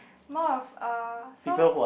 more of uh so